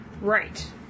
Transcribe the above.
Right